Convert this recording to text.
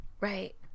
Right